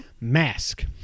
Mask